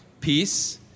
peace